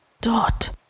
Dot